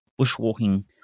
bushwalking